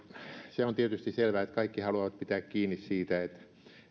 se on tietysti selvää että kaikki haluavat pitää kiinni siitä että